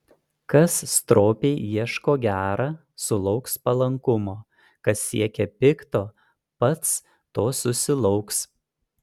kas stropiai ieško gera sulauks palankumo kas siekia pikto pats to susilauks